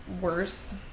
Worse